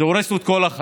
זה הורס לו את כל החיים,